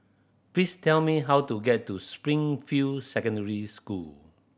please tell me how to get to Springfield Secondary School